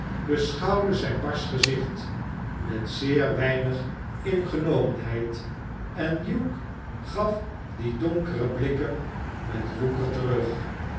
beschouwde zijn barsch gezicht met zeer weinig ingenomenheid en hugh gaf die donkere blikken met woeker terug